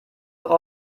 auch